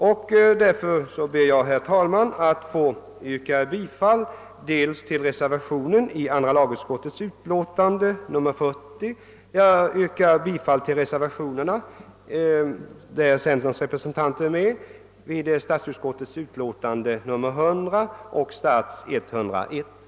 Jag ber, herr talman, att få yrka bifall till den vid andra lagutskottets utlåtande nr 40 fogade reservationen samt till de vid statsutskottets utlåtanden nr 100 och 101 fogade reservationer som avgivits av centerpartiets representanter.